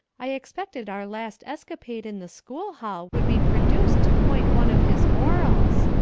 i expected our last escapade in the school hall would be produced to point one of his morals.